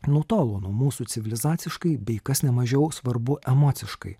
nutolo nuo mūsų civilizaciškai bei kas nemažiau svarbu emociškai